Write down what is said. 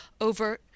over